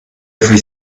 every